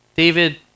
David